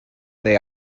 they